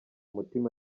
mutima